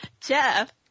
Jeff